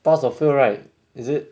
pass or fail right is it